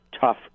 tough